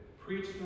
Preach